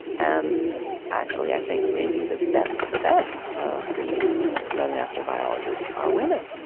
and actually, i think, maybe the best of the best of the young astrobiologists are women.